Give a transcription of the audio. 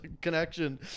connection